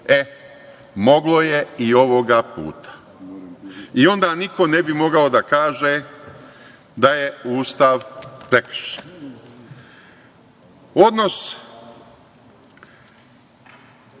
E, moglo je i ovog puta i onda niko ne bi mogao da kaže, da je Ustav prekršen. Odnos